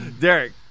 Derek